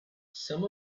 some